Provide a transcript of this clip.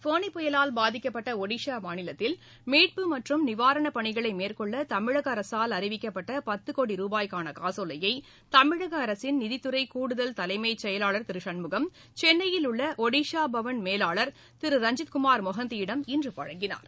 ஃபோனி புயலால் பாதிக்கப்பட்ட ஒடிஸா மாநிலத்தில் மீட்பு மற்றும் நிவாரணப் பணிகளை மேற்கொள்ள தமிழக அரசால் அறிவிக்கப்பட்ட பத்து கோடி ரூபாய்க்கான காசோலையை தமிழக அரசின் நிதித்துறை கூடுதல் தலைமை செயவாளர் திரு சண்முகம் சென்னையில் உள்ள ஒடிஸா பவன் மேவாளர் திரு ரஞ்சித் குமார் மொஹந்தியிடம் இன்று வழங்கினார்